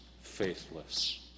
faithless